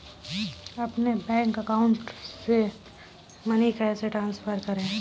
अपने bank account से money कैसे ट्रांसफर करें?